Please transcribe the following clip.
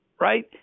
right